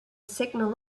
signal